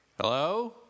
Hello